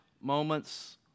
moments